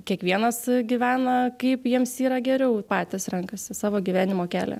kiekvienas gyvena kaip jiems yra geriau patys renkasi savo gyvenimo kelią